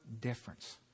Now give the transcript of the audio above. difference